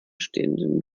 stehenden